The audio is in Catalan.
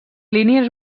línies